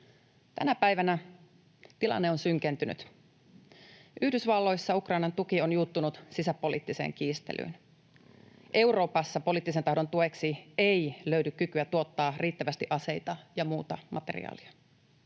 Tänä päivänä tilanne on synkentynyt. Yhdysvalloissa Ukrainan tuki on juuttunut sisäpoliittiseen kiistelyyn. Euroopassa poliittisen tahdon tueksi ei löydy kykyä tuottaa riittävästi aseita ja muuta materiaalia.